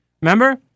Remember